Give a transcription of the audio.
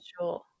sure